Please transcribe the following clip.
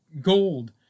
gold